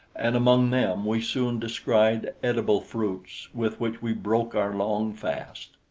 and among them we soon descried edible fruits with which we broke our long fast.